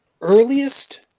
earliest